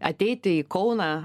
ateiti į kauną